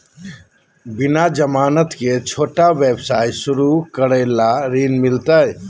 बिना जमानत के, छोटा व्यवसाय शुरू करे ला ऋण मिलतई?